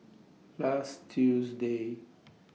last Tuesday